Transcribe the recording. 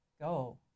go